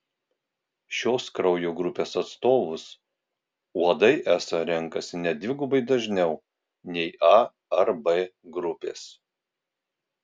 šios kraujo grupės atstovus uodai esą renkasi net dvigubai dažniau nei a ar b grupės